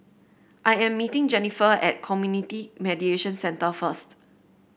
I am meeting Jenifer at Community Mediation Centre first